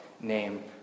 name